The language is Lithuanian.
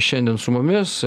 šiandien su mumis